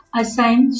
assign